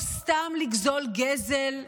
או סתם לגזול גזל,